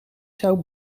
zou